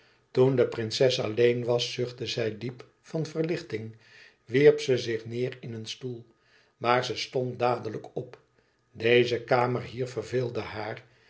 toen de prinses alleen was zuchtte zij diep van verlichting wierp ze zich neêr in een stoel maar ze stond dadelijk op deze kamer hier verveelde haar